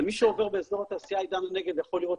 אבל מי שעובר באזור התעשייה עידן הנגב יכול לראות